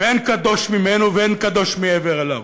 ואין קדוש ממנו, ואין קדוש מעבר אליו.